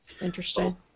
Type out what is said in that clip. Interesting